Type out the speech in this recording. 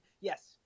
Yes